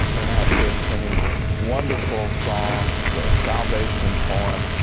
you'll have kids singing wonderful songs, the salvation poem.